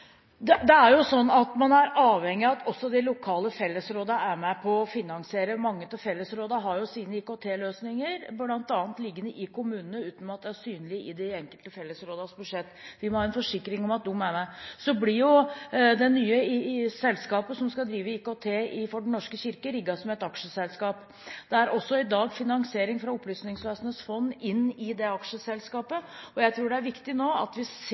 sine IKT-løsninger – bl.a. liggende i kommunene – uten at det er synlig i de enkelte fellesrådenes budsjett. Vi må ha en forsikring om at de er med. Det nye selskapet som skal drive IKT for Den norske kirke, blir rigget som et aksjeselskap. I dag er også finansiering fra Opplysningsvesenets fond inne i det aksjeselskapet. Jeg tror det nå er viktig at vi ser